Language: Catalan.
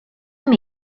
amb